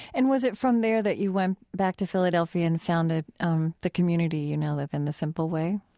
and was it from there that you went back to philadelphia and founded um the community you now live in, the simple way?